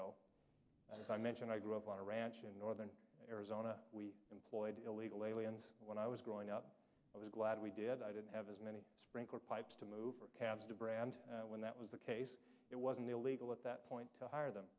go i mentioned i grew up on a ranch in northern arizona we employed illegal aliens when i was growing up i was glad we did i didn't have as many sprinkler pipes to move to brand when that was the case it was an illegal at that point to hire them